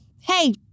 hey